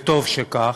וטוב שכך,